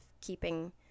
keeping